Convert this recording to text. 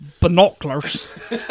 Binoculars